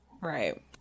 right